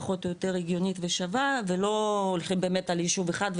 פחות או יותר הגיונית ושווה ולא הולכים באמת על יישוב אחד,